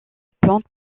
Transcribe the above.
plante